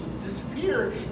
disappear